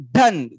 done